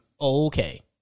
okay